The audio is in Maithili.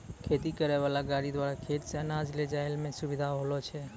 खेती करै वाला गाड़ी द्वारा खेत से अनाज ले जाय मे सुबिधा होलो छै